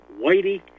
whitey